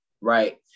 right